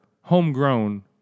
homegrown